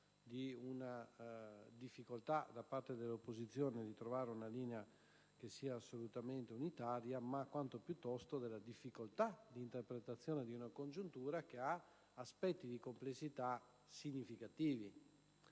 di una difficoltà da parte dell'opposizione di trovare una linea che sia assolutamente unitaria, quanto piuttosto della difficoltà di interpretazione di un congiuntura che ha aspetti di complessità significativi.